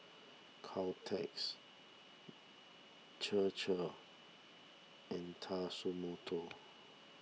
Caltex Chir Chir and Tatsumoto